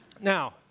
Now